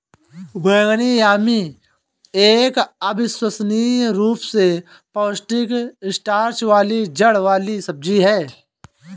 बैंगनी यामी एक अविश्वसनीय रूप से पौष्टिक स्टार्च वाली जड़ वाली सब्जी है